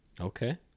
Okay